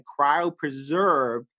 cryopreserved